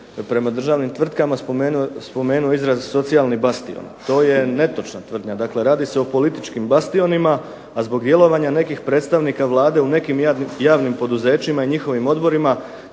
prema državnim tvrtkama spomenuo izraz socijalni bastion. To je netočna tvrdnja, dakle radi se o političkim bastionima, a zbog djelovanja nekih predstavnika Vlade u nekim javnim poduzećima i njihovim odborima,